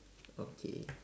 okay